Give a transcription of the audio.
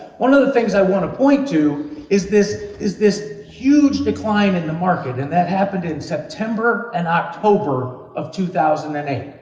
one of the things i want to point to is this is this huge decline in the market and that happened in september and october of two thousand and eight.